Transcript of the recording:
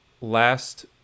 last